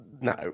No